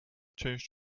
changed